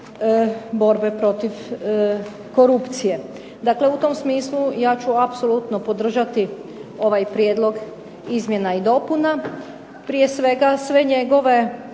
borbe protiv korupcije. Dakle u tom smislu ja ću apsolutno podržati ovaj prijedlog izmjena i dopuna, prije svega sve njegove